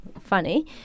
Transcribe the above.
funny